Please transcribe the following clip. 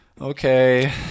okay